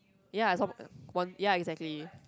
ya some one ya exactly